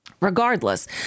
Regardless